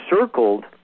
circled